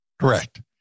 Correct